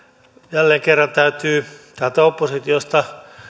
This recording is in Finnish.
jälleen kerran täytyy täältä oppositiosta